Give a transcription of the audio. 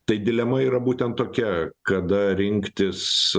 tai dilema yra būtent tokia kada rinktis